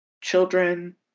children